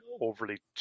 overly